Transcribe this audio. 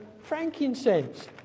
frankincense